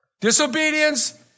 Disobedience